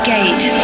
Gate